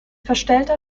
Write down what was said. verstellter